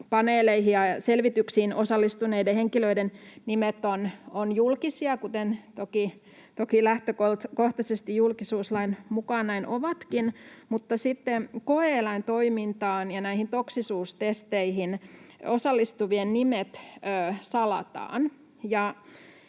paneeleihin ja selvityksiin osallistuneiden henkilöiden nimet ovat julkisia, kuten toki lähtökohtaisesti julkisuuslain mukaan ovatkin, mutta sitten koe-eläintoimintaan ja toksisuustesteihin osallistuvien nimet salataan.